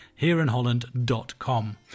hereinholland.com